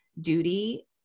duty